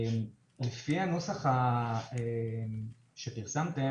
לפי הנוסח שפרסמתם,